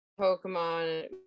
Pokemon